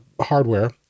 hardware